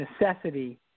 necessity